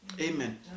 amen